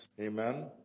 Amen